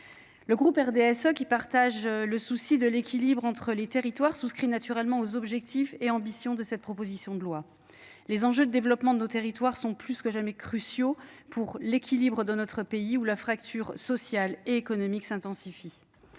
le groupe d s e qui partage le souci de l'équilibre entre les territoires souscrit naturellement aux objectifs et ambitions de cette proposition de loi. Les enjeux de développement de nos territoires sont plus que jamais cruciaux pour l'équilibre de notre pays où la fracture sociale et économique s'intensifie